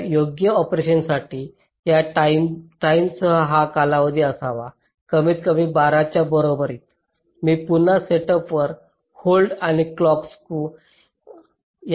तर योग्य ऑपरेशनसाठी या टाईमस हा कालावधी असावा कमीतकमी 12 च्या बरोबर मी पुन्हा सेटअप होल्ड आणि क्लॉक स्क्यू याकडे दुर्लक्ष करीत आहे